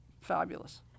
fabulous